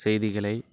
செய்திகளை